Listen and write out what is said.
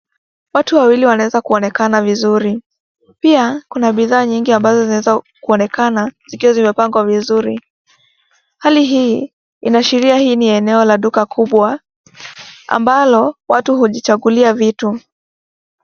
Watu wawili wanaweza kuonekana vizuri. Pia, kuna bidhaa nyingi ambazo zinaweza kuonekana, zikiwa zimepangwa vizuri. Hali hii, inaashiria hii ni eneo la duka kubwa, ambalo watu hujichangulia vitu.